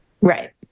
Right